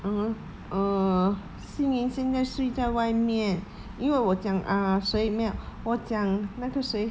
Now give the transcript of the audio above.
(uh huh) err xin yi 现在睡在外面因为我讲 uh 谁没有我讲那个谁